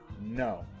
no